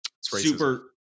super